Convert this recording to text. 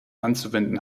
anzuwenden